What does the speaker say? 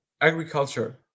agriculture